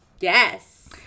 Yes